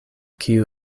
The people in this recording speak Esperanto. kiu